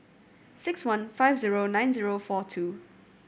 six one five zero nine zero four two